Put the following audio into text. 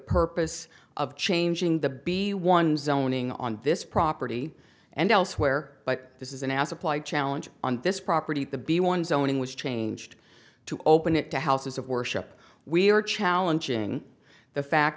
purpose of changing the be one zoning on this property and elsewhere but this isn't as applied challenge on this property the b one zoning was changed to open it to houses of worship we are challenging the fact